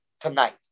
tonight